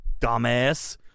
dumbass